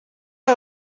aba